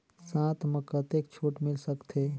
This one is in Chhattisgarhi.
साथ म कतेक छूट मिल सकथे?